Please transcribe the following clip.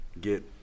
get